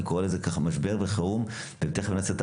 ואני קורא לזה: "משבר בחירום"; אנחנו תכף נעשה את